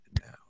now